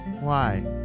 Why